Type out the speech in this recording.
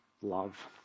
love